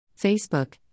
Facebook